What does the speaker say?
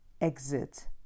exit